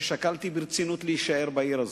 ששקלתי ברצינות להישאר בעיר הזו.